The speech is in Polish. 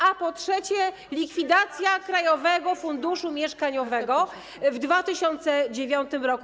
a po trzecie, likwidacja Krajowego Funduszu Mieszkaniowego w 2009 r.